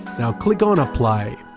now click on apply.